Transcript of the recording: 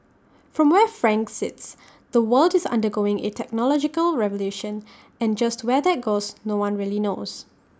from where frank sits the world is undergoing A technological revolution and just where that goes no one really knows